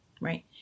Right